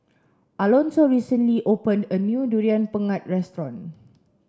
Alonso recently opened a new durian pengat restaurant